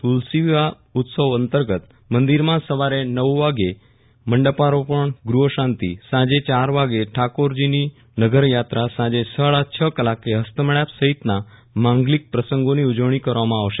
તુલસી વિવાહ ઉત્સવ મંદિરમાં સવારે નવ કલાકે મંડપરોપણગૃહશાંતિસાંજે ચાર વાગ્યે ઠાકોરજીની નખત્રાણા સાંજે સાડા છ કલાકે હસ્તમેળાપ સહિતના માંગલિક પ્રસંગોની ઉજવણી કરવામાં આવશે